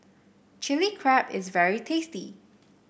Chili Crab is very tasty